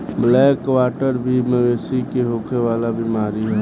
black quarter भी मवेशी में होखे वाला बीमारी ह